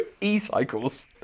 e-cycles